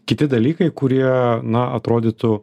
kiti dalykai kurie na atrodytų